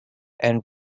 and